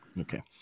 Okay